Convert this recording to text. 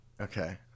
Okay